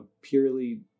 purely